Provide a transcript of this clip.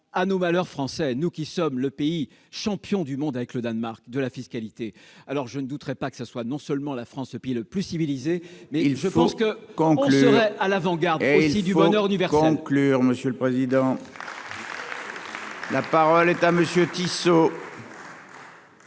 à nos malheurs français, nous qui sommes le pays champion du monde avec le Danemark, de la fiscalité, alors je ne douterait pas que ça soit non seulement la France, ce pays le plus civilisé mais il, je pense que quand serait à l'avant-garde aussi du bonheur universel. Plusieurs monsieur le président. La parole est à monsieur Tissot.